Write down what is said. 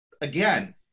Again